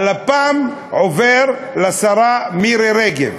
הלפ"מ עובר לשרה מירי רגב.